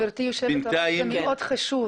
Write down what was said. גברתי היושבת-ראש, זה מאוד חשוב.